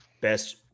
best